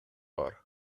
бар